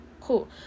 Cool